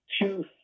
two